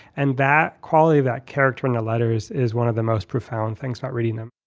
and that quality, that character in the letters is one of the most profound things about reading them